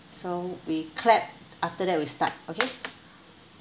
so we clap after that we start okay